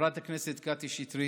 חברת הכנסת קטי שטרית,